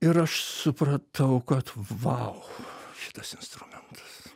ir aš supratau kad vau šitas instrumentas